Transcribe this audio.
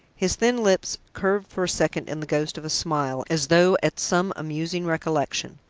his thin lips curved for a second in the ghost of a smile, as though at some amusing recollection.